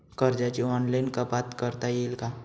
कर्जाची ऑनलाईन कपात करता येईल का?